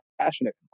passionate